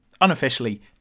unofficially